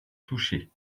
touchés